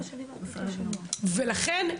ולכן,